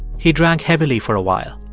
he drank heavily for a while.